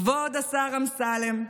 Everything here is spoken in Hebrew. כבוד השר אמסלם,